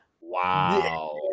Wow